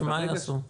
שמה יעשו?